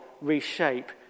reshape